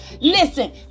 Listen